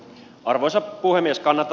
arvoisa puhemies kannata